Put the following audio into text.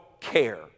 care